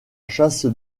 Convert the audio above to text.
chasse